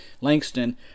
Langston